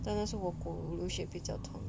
当然是我狗流血比较痛